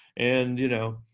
and you know,